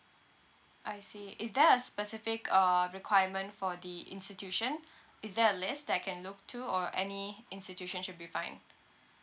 I see is there a specific uh requirement for the institution is there a list that can look to or any institution should be fine